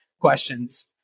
questions